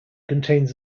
contains